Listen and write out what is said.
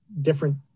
different